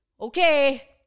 okay